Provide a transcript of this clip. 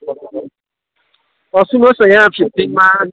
सुन्नुहोस् न यहाँ मा